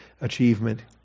achievement